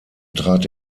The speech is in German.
trat